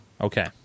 Okay